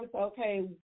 Okay